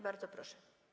Bardzo proszę.